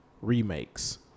remakes